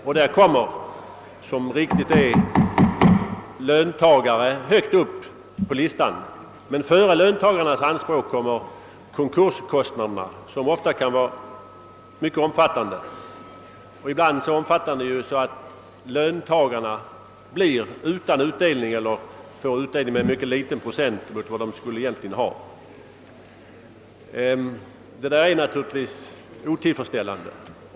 Därvid kommer, såsom riktigt är, löntagare högt upp på listan, men före löntagarnas anspråk kommer konkurskostnaderna, som ofta är mycket omfattande, ibland så omfat tande att löntagarna blir utan utdelning eller får utdelning med en mycket liten procent av vad de egentligen skulle ha. Det där är naturligtvis otillfredsställande.